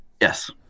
Yes